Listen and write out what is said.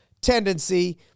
tendency